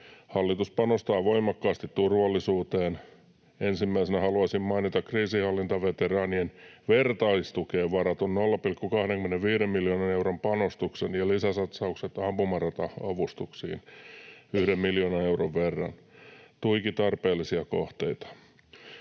Hallitus panostaa voimakkaasti turvallisuuteen. Ensimmäisenä haluaisin mainita kriisinhallintaveteraanien vertaistukeen varatun 0,25 miljoonan euron panostuksen ja lisäsatsaukset ampumarata-avustuksiin yhden miljoonan euron verran — tuiki tarpeellisia kohteita.